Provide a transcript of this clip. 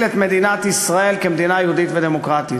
את מדינת ישראל כמדינה יהודית ודמוקרטית.